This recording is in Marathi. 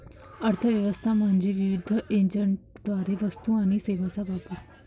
अर्थ व्यवस्था म्हणजे विविध एजंटद्वारे वस्तू आणि सेवांचा वापर